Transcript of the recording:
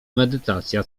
medytacja